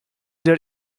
der